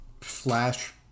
Flash